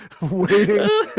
waiting